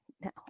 no